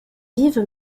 vive